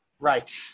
right